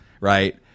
right